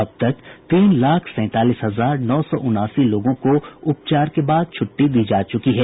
अब तक तीन लाख सैंतालीस हजार नौ सौ उनासी लोगों को उपचार के बाद छुट्टी दी जा चुकी है